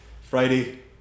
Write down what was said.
Friday